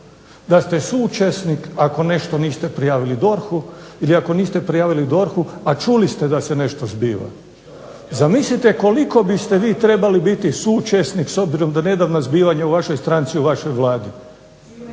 da ste suučesnik ako nešto niste prijavili DORH-u ili ako niste prijavili DORH-u a čuli ste da se nešto zbiva. Zamislite koliko biste vi trebali biti suučesnik s obzirom na nedavna zbivanja u vašoj stranci, u vašoj Vladi.